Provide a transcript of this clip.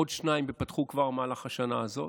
עוד שניים ייפתחו כבר במהלך השנה הזאת,